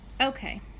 Okay